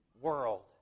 world